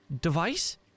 device